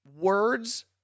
words